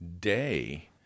day